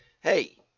Hey